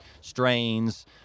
strains